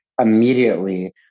immediately